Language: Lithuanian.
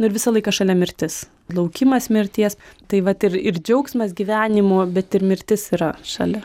nu ir visą laiką šalia mirtis laukimas mirties tai vat ir ir džiaugsmas gyvenimu bet ir mirtis yra šalia